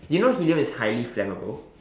you know helium is highly flammable